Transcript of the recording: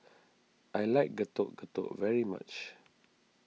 I like Getuk Getuk very much